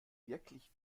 wirklich